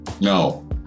No